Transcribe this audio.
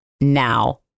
now